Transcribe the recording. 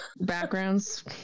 Backgrounds